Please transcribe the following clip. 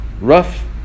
rough